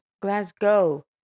Glasgow